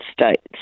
States